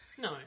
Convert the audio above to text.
No